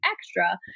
extra